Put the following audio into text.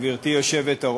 תודה לך, גברתי היושבת-ראש.